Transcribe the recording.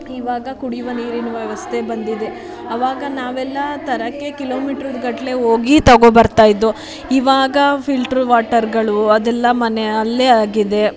ಇವಾಗ ಕುಡಿಯುವ ನೀರಿನ ವ್ಯವಸ್ಥೆ ಬಂದಿದೆ ಆವಾಗ ನಾವೆಲ್ಲ ತರೋಕ್ಕೆ ಕಿಲೋಮೀಟ್ರ್ ಗಟ್ಟಲೆ ಹೋಗಿ ತಗೊ ಬರ್ತಾಯಿದ್ವು ಇವಾಗ ಫಿಲ್ಟ್ರ್ ವಾಟರುಗಳು ಅದೆಲ್ಲ ಮನೆ ಅಲ್ಲೇ ಆಗಿದೆ